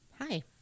Hi